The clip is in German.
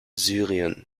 syrien